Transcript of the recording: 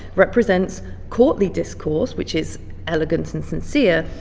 represents courtly discourse, which is elegant and sincere,